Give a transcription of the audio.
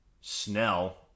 Snell